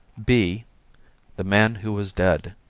b the man who was dead.